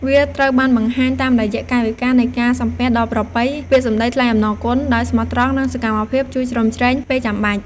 វាត្រូវបានបង្ហាញតាមរយៈ កាយវិការនៃការសំពះដ៏ប្រពៃ, ពាក្យសម្ដីថ្លែងអំណរគុណ ដោយស្មោះត្រង់ និង សកម្មភាពជួយជ្រោមជ្រែង ពេលចាំបាច់។